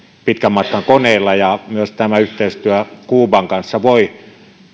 pitkänmatkankoneilla myös tämä yhteistyö kuuban kanssa voi